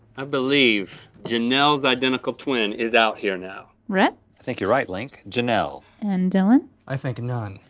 i believe janelle's identical twin is out here now. rhett? i think you're right, link. janelle. and dylan? i think no one.